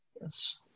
Yes